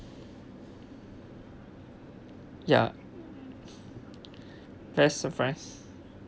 ya best surprise